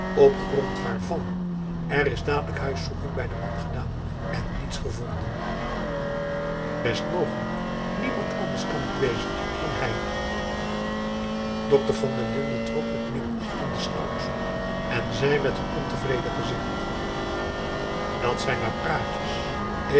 op grond waarvan er is dadelijk huiszoeking bij den man gedaan en niets gevonden best mogelijk niemand anders kan het wezen dan hij dokter van der linden trok met minachting de schouders op en zei met een ontevreden gezicht dat zijn maar praatjes